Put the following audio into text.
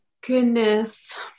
Goodness